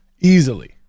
easily